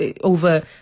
over